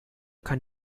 kann